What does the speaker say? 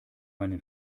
meinen